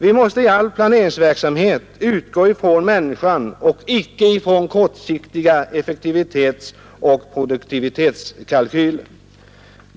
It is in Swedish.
Vi måste i all planeringsverksamhet utgå från människan och icke från kortsiktiga effektivitetsoch produktivitetskalkyler.